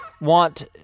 want